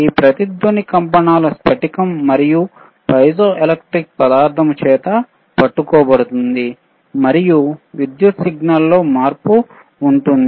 ఈ రెజోనెOట్ కంపనాల స్పటికం మరియు పైజోఎలెక్ట్రిక్ పదార్థం చేత పట్టుకోబడుతుంది మరియు విద్యుత్ సిగ్నల్లో మార్పు ఉంటుంది